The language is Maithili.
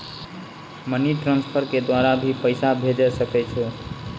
मनी ट्रांसफर के द्वारा भी पैसा भेजै सकै छौ?